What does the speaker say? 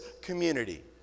community